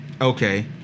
Okay